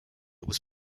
was